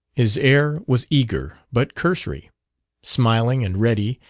his air was eager, but cursory smiling and ready,